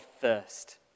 first